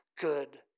good